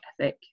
ethic